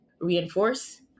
reinforce